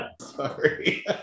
Sorry